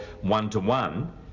one-to-one